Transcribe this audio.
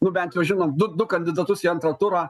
nu bent jau žinome du kandidatus į antrą turą